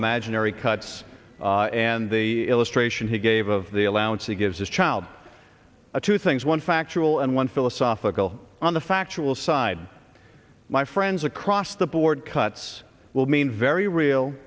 imaginary cuts and the illustration he gave of the allowance he gives his child two things one factual and one philosophical on the factual side my friends across the board cuts will mean very real